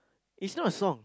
it's not a song